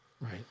Right